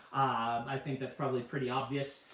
i think that's probably pretty obvious.